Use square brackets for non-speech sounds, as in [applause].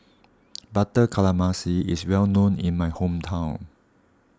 [noise] Butter [unintelligible] is well known in my hometown